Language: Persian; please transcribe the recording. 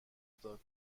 میداد